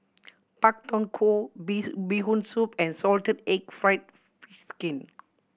Pak Thong Ko bee Bee Hoon Soup and salted egg fried skin